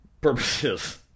purposes